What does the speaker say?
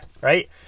right